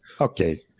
okay